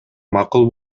макул